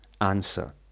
answer